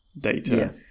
data